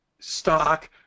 Stock